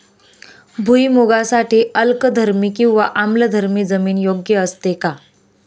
भुईमूगासाठी अल्कधर्मी किंवा आम्लधर्मी जमीन योग्य असते का?